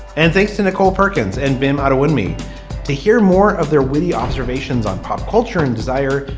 and thanks to nicole perkins and beam out of one me to hear more of their witty observations on pop culture and desire.